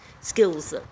skills